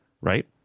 Right